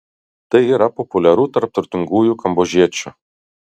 tai yra populiaru tarp turtingųjų kambodžiečiu